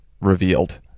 revealed